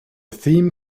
theme